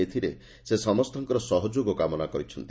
ଏଥିରେ ସେ ସମ୍ତଙ୍କର ସହଯୋଗ କାମନା କରିଛନ୍ତି